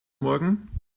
morgen